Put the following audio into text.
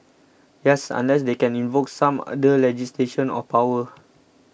yes unless they can invoke some other legislation or power